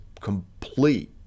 complete